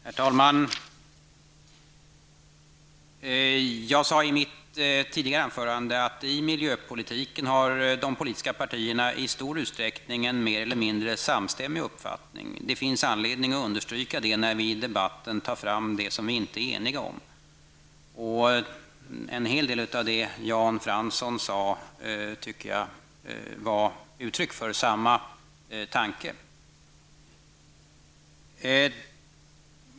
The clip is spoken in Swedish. Herr talman! Jag sade i mitt tidigare anförande att i miljöpolitiken har de politiska partierna i stor utsträckning en mer eller mindre samstämmig uppfattning. Det finns anledning att understryka det när vi i debatten tar fram det som vi inte är eniga om. En hel del av det Jan Fransson sade tycker jag gav uttryck för samma tanke.